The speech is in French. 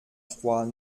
trois